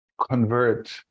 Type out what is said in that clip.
convert